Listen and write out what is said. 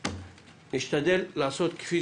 נשתדל לעשות כפי